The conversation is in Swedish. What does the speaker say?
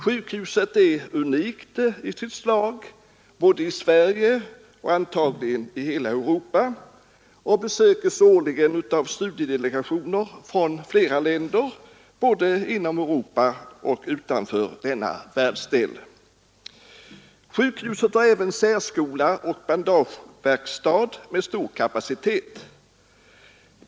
Sjukhuset är unikt i sitt slag i Sverige och troligen även i Europa, och det besöks årligen av studiedelegationer från länder såväl i Europa som utanför denna världsdel. Sjukhuset har även särskola och bandageverkstad med stor kapacitet.